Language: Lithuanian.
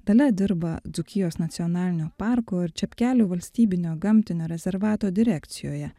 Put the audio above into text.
dalia dirba dzūkijos nacionalinio parko ir čepkelių valstybinio gamtinio rezervato direkcijoje